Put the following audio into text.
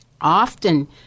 often